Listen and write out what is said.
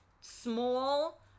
Small